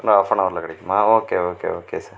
இன்னும் ஆஃபனவரில் கிடைக்குமா ஓகே ஓகே ஓகே சார்